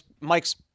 Mike's